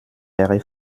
wäre